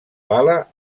bala